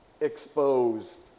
exposed